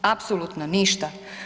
Apsolutno ništa.